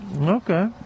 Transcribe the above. Okay